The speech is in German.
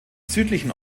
südlichen